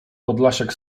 podlasiak